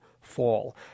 fall